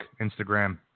Instagram